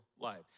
life